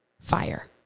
fire